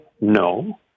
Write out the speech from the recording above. no